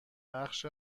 بخش